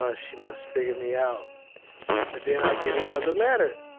ah she must've figured me out but then i get another letter.